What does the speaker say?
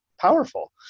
powerful